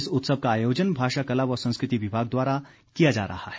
इस उत्सव का आयोजन भाषा कला व संस्कृति विभाग द्वारा किया जा रहा है